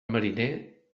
mariner